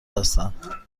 هستند